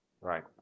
Right